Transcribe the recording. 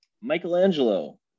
Michelangelo